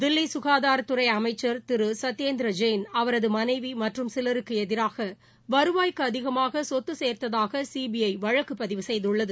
தில்லி சுகாதாரத்துறை அமைச்சா் திரு சத்யேந்திர ஜெயின் அவரது மனைவி மற்றும் சிலருக்கு எதிராக வருவாய்க்கு மீறிய சொத்து சேர்ததாக சிபிஐ வழக்கு பதிவு செய்துள்ளது